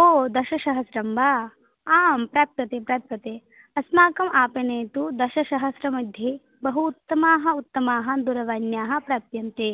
ओ दशसहस्त्रं वा आं प्राप्यते प्राप्यते अस्माकमापणे तु दशसहस्रमध्ये बहु उत्तमाः उत्तमाः दूरवाण्यः प्राप्यन्ते